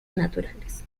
naturales